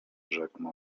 rzekł